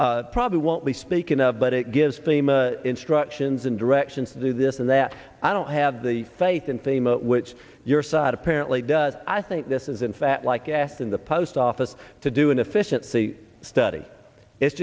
i probably won't be speaking of but it gives instructions and directions to do this and that i don't have the faith in theme which your side apparently does i think this is in fact like asked in the post office to do an efficiency study i